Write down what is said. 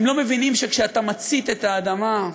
הם לא מבינים שכשאתה מצית את האדמה,